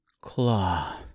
claw